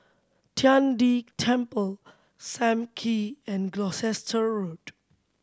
Tian De Temple Sam Kee and Gloucester Road